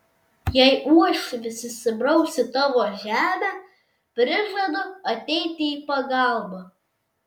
jei uošvis įsibraus į tavo žemę prižadu ateiti į pagalbą